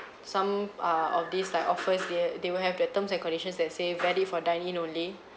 some err of this like offers they they will have the terms and conditions that say valid for dine in only